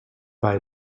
buy